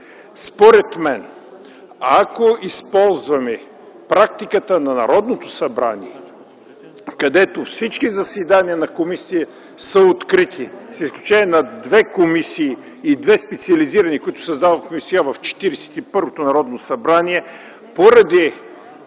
Според мен, ако използваме практиката на Народното събрание, където всички заседания на комисиите са открити, с изключение на две комисии и две специализирани, които създадохме сега в 41-то Народно събрание поради